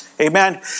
Amen